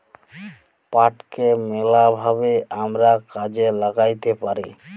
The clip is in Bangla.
পাটকে ম্যালা ভাবে আমরা কাজে ল্যাগ্যাইতে পারি